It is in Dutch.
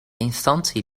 instantie